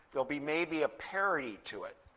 there'll be maybe a parity to it.